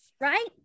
right